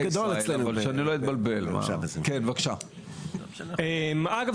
אגב,